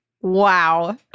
Wow